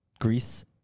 Greece